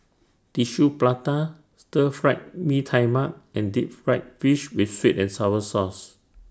Tissue Prata Stir Fried Mee Tai Mak and Deep Fried Fish with Sweet and Sour Sauce